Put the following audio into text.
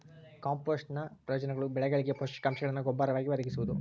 ಕಾಂಪೋಸ್ಟ್ನ ಪ್ರಯೋಜನಗಳು ಬೆಳೆಗಳಿಗೆ ಪೋಷಕಾಂಶಗುಳ್ನ ಗೊಬ್ಬರವಾಗಿ ಒದಗಿಸುವುದು